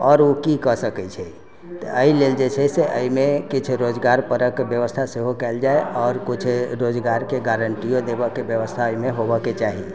आओर उ की कऽ सकै छै तऽ एहि लेल जे छै से अइमे किछु रोजगार परक व्यवस्था सेहो कयल जाइ आओर किछु रोजगारके गारंटियो देबऽके व्यवस्था अइमे होबैके चाही